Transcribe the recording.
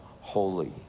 holy